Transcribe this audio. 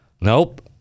Nope